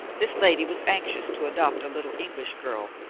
this lady was anxious to adopt a little english girl,